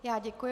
Já děkuji.